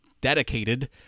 dedicated